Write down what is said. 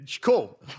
cool